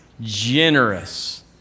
Generous